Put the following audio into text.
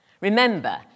Remember